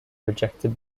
rejected